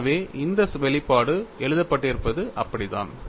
எனவே இந்த வெளிப்பாடு எழுதப்பட்டிருப்பது அப்படித்தான்